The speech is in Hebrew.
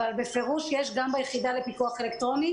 אבל בפירוש יש גם ביחידה לפיקוח אלקטרוני